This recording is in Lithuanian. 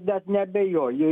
net neabejoju